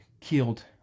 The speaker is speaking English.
killed